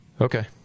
Okay